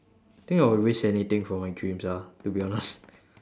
think I'll risk anything for my dreams ah to be honest